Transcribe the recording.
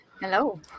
Hello